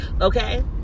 Okay